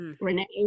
Renee